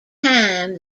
time